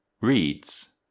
reads